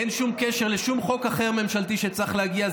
אין שום קשר לשום חוק ממשלתי אחר שצריך להגיע.